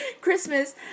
christmas